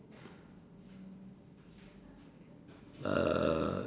uh